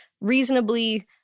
reasonably